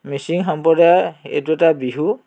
মিচিং সম্প্ৰদায়ৰ এইটো এটা বিহু